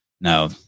No